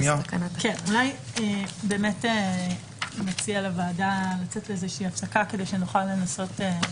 אולי נציע לוועדה לצאת לאיזושהי הפסקה כדי שנוכל לנסות לנסח.